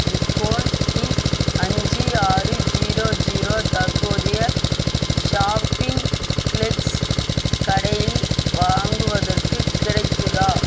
Nikon D அஞ்சு ஆறு zero zero தற்போதைய ஷாப்பிங் க்லெக்ஸ் கடையில் வாங்குவதற்கு கிடைக்குதா